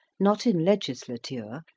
not in legislature,